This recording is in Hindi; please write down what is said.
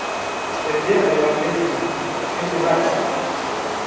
देखिए अबकी बार फिर फिर बना है